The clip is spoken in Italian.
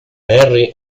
harry